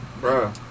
Bro